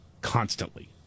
constantly